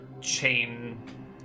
chain